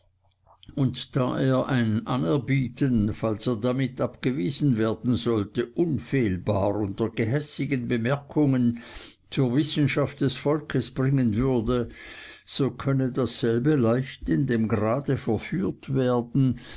und da er sein anerbieten falls er damit abgewiesen werden sollte unfehlbar unter gehässigen bemerkungen zur wissenschaft des volks bringen würde so könne dasselbe leicht in dem grade verführt werden